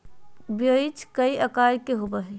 बीज कई आकार के होबो हइ